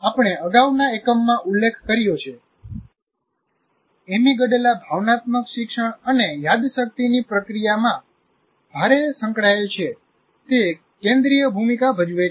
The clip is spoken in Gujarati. આપણે અગાઉના એકમમાં ઉલ્લેખ કર્યો છે એમિગડાલા ભાવનાત્મક શિક્ષણ અને યાદશક્તિની પ્રક્રિયામાં ભારે સંકળાયેલ છે તે કેન્દ્રિય ભૂમિકા ભજવે છે